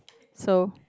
so